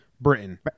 Britain